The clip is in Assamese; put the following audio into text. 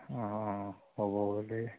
অঁ হ'ব বুলি